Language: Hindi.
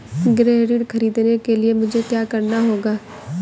गृह ऋण ख़रीदने के लिए मुझे क्या करना होगा?